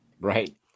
Right